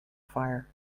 fire